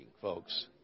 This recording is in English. folks